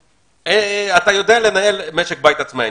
קשיש, ואתה יודע לנהל משק בית עצמאי.